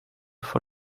for